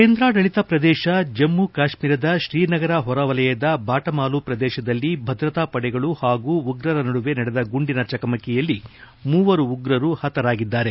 ಕೇಂದ್ರಾಡಳತ ಪ್ರದೇಶ ಜಮ್ಮ ಕಾಶ್ವೀರದ ಶ್ರೀನಗರದ ಹೊರವಲಯದ ಬಾಟಮಾಲು ಪ್ರದೇಶದಲ್ಲಿ ಭದ್ರತಾಪಡೆಗಳು ಹಾಗೂ ಉಗ್ರರ ನಡುವೆ ನಡೆದ ಗುಂಡಿನ ಚಕಮಕಿಯಲ್ಲಿ ಮೂವರು ಉಗ್ರರು ಪತರಾಗಿದ್ದಾರೆ